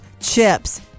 chips